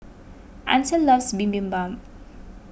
Ancel loves Bibimbap